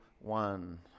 One